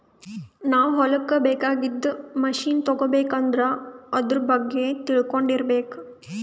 ನಾವ್ ಹೊಲಕ್ಕ್ ಬೇಕಾಗಿದ್ದ್ ಮಷಿನ್ ತಗೋಬೇಕ್ ಅಂದ್ರ ಆದ್ರ ಬಗ್ಗೆ ತಿಳ್ಕೊಂಡಿರ್ಬೇಕ್